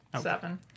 Seven